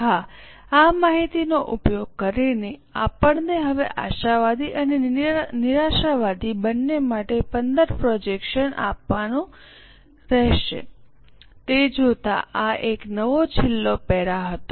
હા આ માહિતીનો ઉપયોગ કરીને આપણને હવે આશાવાદી અને નિરાશાવાદી બંને માટે 15 પ્રોજેક્શન આપવાનું રહેશે તે જોતા આ એક છેલ્લો પેરા હતો